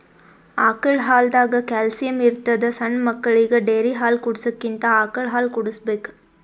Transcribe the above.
ಆಕಳ್ ಹಾಲ್ದಾಗ್ ಕ್ಯಾಲ್ಸಿಯಂ ಇರ್ತದ್ ಸಣ್ಣ್ ಮಕ್ಕಳಿಗ ಡೇರಿ ಹಾಲ್ ಕುಡ್ಸಕ್ಕಿಂತ ಆಕಳ್ ಹಾಲ್ ಕುಡ್ಸ್ಬೇಕ್